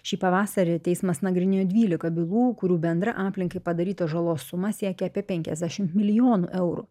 šį pavasarį teismas nagrinėjo dvylika bylų kurių bendra aplinkai padarytos žalos suma siekia apie penkiasdešimt milijonų eurų